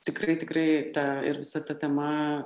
tikrai tikrai ta ir visa ta tema